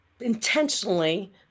intentionally